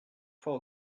foire